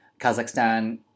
Kazakhstan